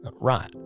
right